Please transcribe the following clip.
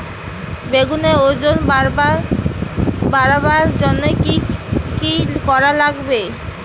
বেগুনের ওজন বাড়াবার জইন্যে কি কি করা লাগবে?